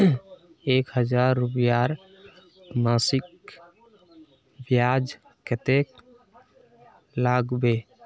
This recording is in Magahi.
एक हजार रूपयार मासिक ब्याज कतेक लागबे?